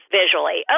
visually